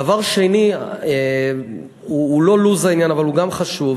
דבר שני שהוא לא לוז העניין אבל הוא גם חשוב,